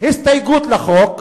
הסתייגות לחוק,